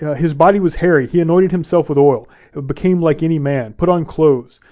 his body was hairy, he anointed himself with oil and became like any man, put on clothes.